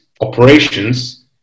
operations